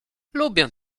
lubię